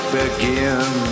begin